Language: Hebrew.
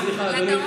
לדרום.